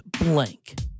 blank